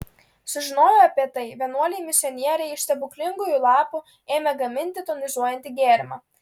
sužinoję apie tai vienuoliai misionieriai iš stebuklingųjų lapų ėmė gaminti tonizuojantį gėrimą